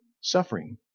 suffering